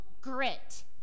grit